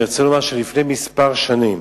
לפני כמה שנים,